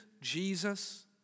Jesus